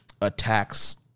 attacks